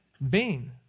Vain